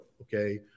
Okay